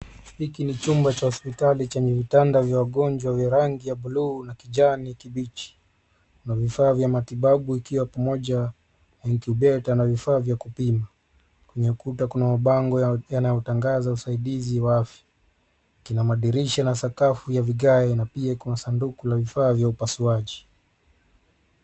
Hiki ni chumba cha hopsitali chenye vitanda vya wagonjwa vya rangi ya blue na kijani kibichi. Kuna vifaa vya matibabu ikiwa pamoja na incubator na vifaa vya kupima. Kwenye kuta kuna mabango yanayotangaza usaidizi wa afya. Kina madirisha na sakafu ya vigae, na pia kuna sanduka la vifaa vya upasuaji.